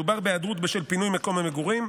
מדובר בהיעדרות בשל פינוי מקום המגורים,